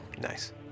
Nice